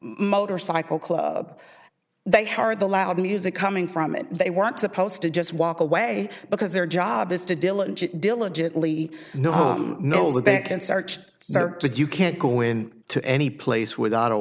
motorcycle club they are the loud music coming from it they weren't supposed to just walk away because their job is to diligent diligently no harm no the back and search you can't go in to any place without a